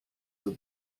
have